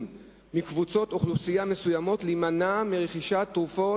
מקבוצות אוכלוסייה מסוימות להימנע מרכישת תרופות,